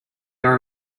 are